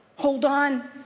hold on.